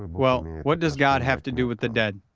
well, what does god have to do with the dead?